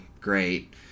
great